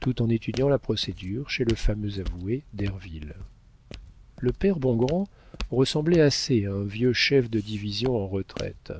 tout en étudiant la procédure chez le fameux avoué derville le père bongrand ressemblait assez à un vieux chef de division en retraite